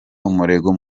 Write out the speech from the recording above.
umurego